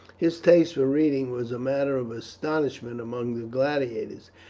his taste for reading was a matter of astonishment among the gladiators,